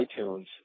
iTunes